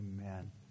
Amen